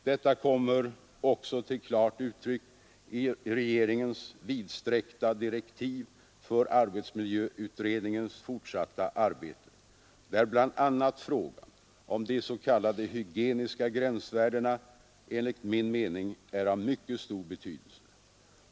Detta kommer också till klart uttryck i regeringens vidsträckta direktiv för arbetsmiljöutredningens fortsatta arbete, där bl.a. frågan om de s.k. hygieniska gränsvärdena enligt min mening är av mycket stor betydelse.